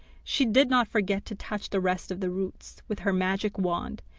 she did not forget to touch the rest of the roots with her magic wand,